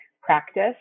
practice